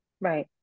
right